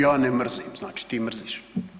Ja ne mrzim, znači ti mrziš.